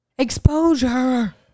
Exposure